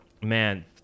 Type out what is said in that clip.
man